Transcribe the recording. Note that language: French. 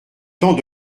temps